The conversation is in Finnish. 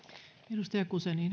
arvoisa